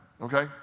okay